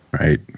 Right